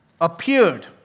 appeared